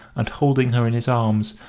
and holding her in his arms,